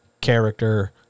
character